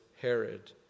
Herod